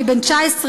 אני בן 19,